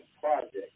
project